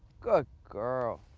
good girl.